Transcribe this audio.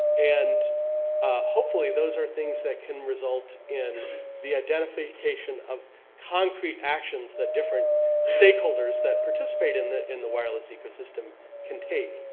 and hopefully those are things that can result in the identification of concrete actions that different stakeholders that participate in the in the wireless ecosystem can take.